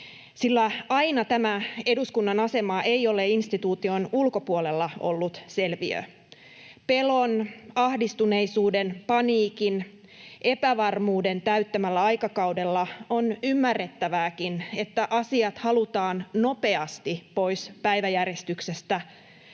sillä aina tämä eduskunnan asema ei ole instituution ulkopuolella ollut selviö. Pelon, ahdistuneisuuden, paniikin ja epävarmuuden täyttämällä aikakaudella on ymmärrettävääkin, että asiat halutaan nopeasti pois päiväjärjestyksestä,